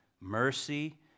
mercy